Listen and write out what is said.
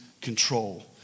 control